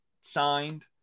signed